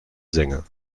sänger